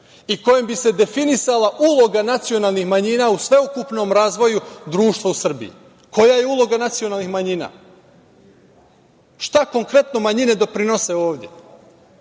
i kojim bi se definisala uloga nacionalnih manjina u sveukupnom razvoju društva u Srbiji. Koja je uloga nacionalnih manjina? Šta konkretno manjine doprinose ovde?